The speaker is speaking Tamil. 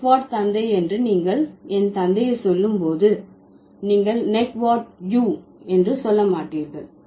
நெக்வாட் தந்தை என்று நீங்கள் என் தந்தையை சொல்லும் போது நீங்கள் நெக்வாட் யூ என்று சொல்ல மாட்டீர்கள்